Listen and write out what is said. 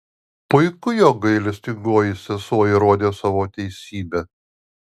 puiku jog gailestingoji sesuo įrodė savo teisybę